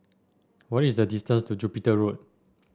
what is the distance to Jupiter Road